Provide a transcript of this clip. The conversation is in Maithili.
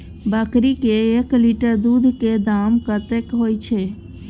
बकरी के एक लीटर दूध के दाम कतेक होय छै?